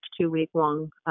two-week-long